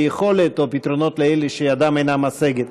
יכולת או פתרונות לאלה שידם אינם משגת.